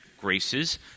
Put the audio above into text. graces